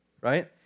right